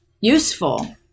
useful